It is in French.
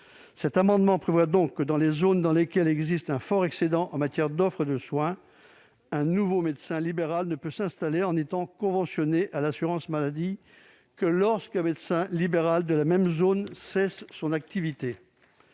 un dispositif prévoyant que dans les zones dans lesquelles existe un fort excédent en matière d'offre de soins, un nouveau médecin libéral ne peut s'installer en étant conventionné à l'assurance maladie que lorsqu'un médecin libéral de la même zone cesse son activité.